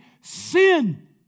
sin